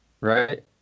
right